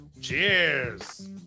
Cheers